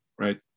right